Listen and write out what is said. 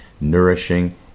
nourishing